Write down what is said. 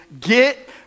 get